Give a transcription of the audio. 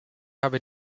habe